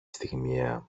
στιγμιαία